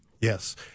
Yes